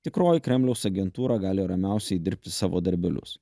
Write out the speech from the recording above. tikroji kremliaus agentūra gali ramiausiai dirbti savo darbelius